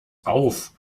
auf